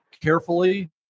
carefully